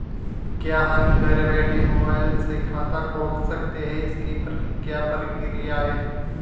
क्या हम घर बैठे मोबाइल से खाता खोल सकते हैं इसकी क्या प्रक्रिया है?